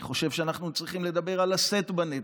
אני חושב שאנחנו צריכים לדבר על לשאת בנטל.